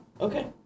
Okay